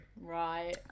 Right